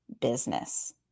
business